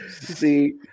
see